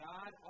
God